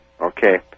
Okay